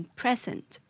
present